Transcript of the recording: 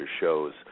shows